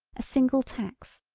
a single tax,